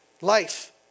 Life